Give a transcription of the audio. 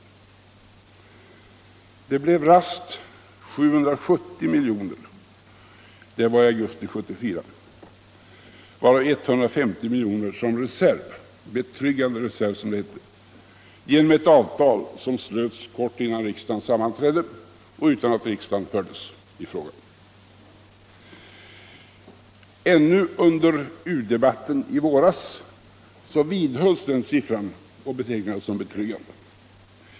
Redan i augusti 1974 blev det 770 miljoner — varav 150 miljoner betecknades som reserv, en betryggande reserv, som det hette - genom ett avtal, som slöts kort innan riksdagen sammanträdde och utan att riksdagen hördes i frågan. Ännu under u-debatten i våras vidhölls den siffran och betecknades som betryggande.